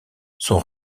sont